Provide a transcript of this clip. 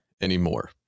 anymore